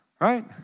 right